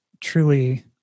truly